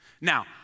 Now